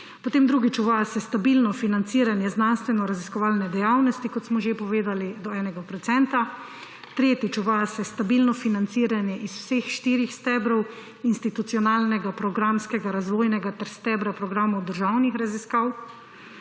drugič, uvaja se stabilno financiranje znanstvenoraziskovalne dejavnosti, kot smo že povedali, do enega procenta. Tretjič, uvaja se stabilno financiranje iz vseh štirih stebrov: institucionalnega, programskega, razvojnega ter stebra programov državnih raziskav.